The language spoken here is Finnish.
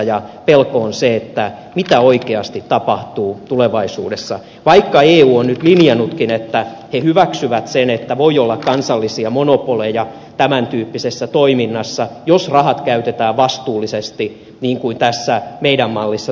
pelko on se mitä oikeasti tapahtuu tulevaisuudessa vaikka eu on nyt linjannutkin että he hyväksyvät sen että voi olla kansallisia monopoleja tämän tyyppisessä toiminnassa jos rahat käytetään vastuullisesti niin kuin tässä meidän mallissamme toimitaan